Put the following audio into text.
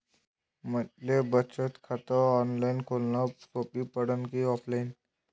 मले बचत खात ऑनलाईन खोलन सोपं पडन की ऑफलाईन?